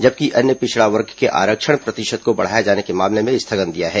जबकि अन्य पिछड़ा वर्ग के आरक्षण प्रतिशत को बढ़ाए जाने के मामले में स्थगन दिया है